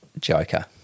joker